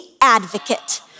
advocate